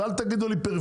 אז אל תגידו לי פריפריה.